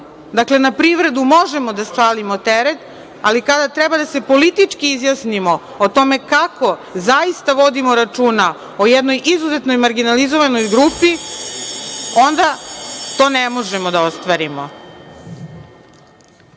penale? Dakle, na privredu možemo da svalimo teret, ali kada treba da se politički izjasnimo o tome kako zaista vodimo računa o jednoj izuzetno marginalizovanoj grupi, onda to ne možemo da ostvarimo. Vi,